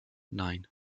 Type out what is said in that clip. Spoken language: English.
nine